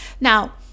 Now